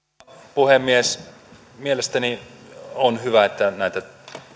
puhemies mielestäni on hyvä että näitä